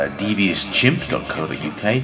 deviouschimp.co.uk